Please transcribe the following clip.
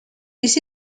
this